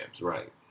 right